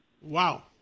Wow